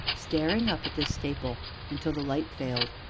staring up at this staple until the light failed,